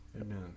Amen